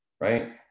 right